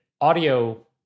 audio